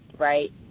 right